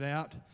out